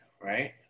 right